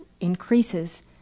increases